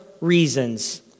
reasons